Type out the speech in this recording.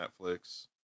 Netflix